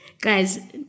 guys